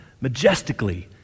majestically